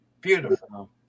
Beautiful